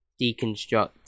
deconstruct